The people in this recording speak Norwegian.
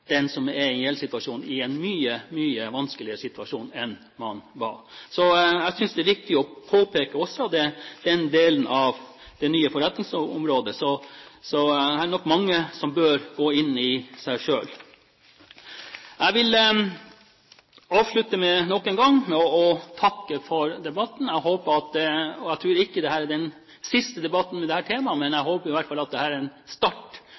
den som er i en gjeldssituasjon, i en mye, mye vanskeligere situasjon enn man var i. Jeg synes også det er viktig å påpeke den delen av det nye forretningsområdet, så her er det nok mange som bør gå i seg selv. Jeg vil avslutte med nok en gang å takke for debatten Jeg tror ikke dette er den siste debatten med dette temaet, men jeg håper i hvert fall at dette er en start